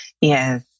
Yes